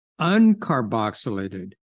uncarboxylated